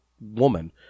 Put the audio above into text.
woman